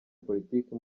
politiki